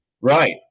Right